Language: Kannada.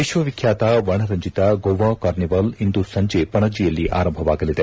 ವಿಶ್ವವಿಖ್ಯಾತ ವರ್ಣರಂಜಿತ ಗೋವಾ ಕಾರ್ನಿವಾಲ್ ಇಂದು ಸಂಜೆ ಪಣಜಿಯಲ್ಲಿ ಆರಂಭವಾಗಲಿದೆ